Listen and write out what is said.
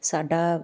ਸਾਡਾ